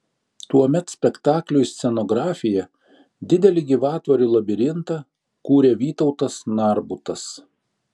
tuomet spektakliui scenografiją didelį gyvatvorių labirintą kūrė vytautas narbutas